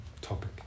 topic